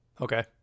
Okay